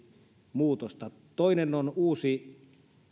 muutosta toinen on uusi